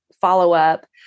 follow-up